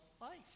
life